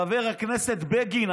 חבר הכנסת בגין,